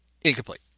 incomplete